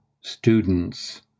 students